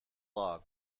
log